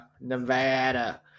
nevada